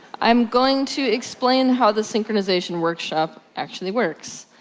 i'm going to explain how this synchronization workshop actually works.